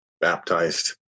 baptized